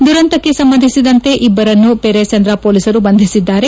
ದುರಂತಕ್ಕೆ ಸಂಬಂಧಿಸಿದಂತೆ ಇಬ್ಬರನ್ನು ಪೆರೇಸಂದ್ರ ಪೊಲೀಸರು ಬಂಧಿಸಿದ್ದಾರೆ